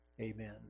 Amen